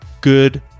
good